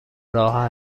راه